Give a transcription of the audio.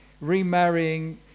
remarrying